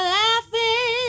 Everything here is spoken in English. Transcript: laughing